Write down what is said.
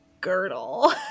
girdle